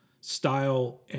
style